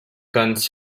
guns